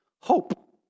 Hope